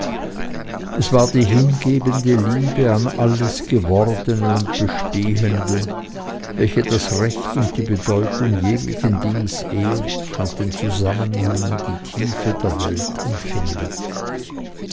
es war die hingebende liebe an alles gewordene und bestehende welche das recht und die bedeutung jeglichen dinges ehrt und den zusammenhang und die tiefe der welt empfindet